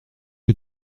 que